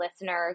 listeners